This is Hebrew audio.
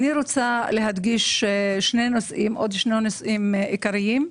אני רוצה להדגיש עוד שני נושאים עיקריים.